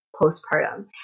postpartum